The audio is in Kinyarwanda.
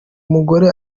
umugore